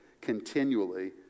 continually